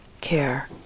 care